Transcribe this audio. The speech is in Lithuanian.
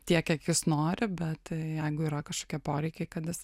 tiek kiek jis nori bet jeigu yra kažkokie poreikiai kad jis